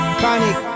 panic